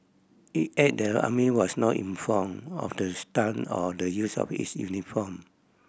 it added that the army was not informed of the stunt or the use of its uniform